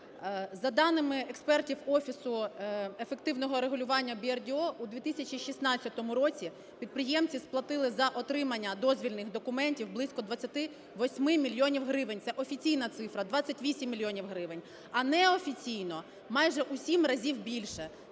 За даними експертів Офісу ефективного регулювання BRDO у 2016 році підприємці сплатили за отримання дозвільних документів близько 28 мільйонів гривень, це офіційна цифра. 28 мільйонів гривень. А неофіційно майже у сім разів більше.